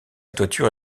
toiture